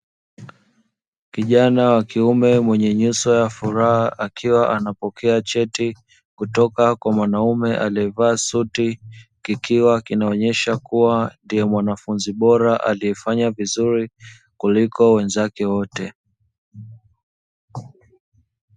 Kijana wa kiume mwenye nyuso ya furaha akiwa anapokea cheti kutoka kwa mwanaume aliyevaa suti, kikiwa kinaonyesha kuwa ndiye mwanafunzi bora aliyefanya vizuri kuliko wenzake wote.